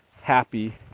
happy